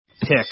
pick